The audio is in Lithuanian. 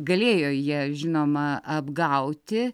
galėjo jie žinoma apgauti